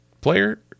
player